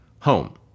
home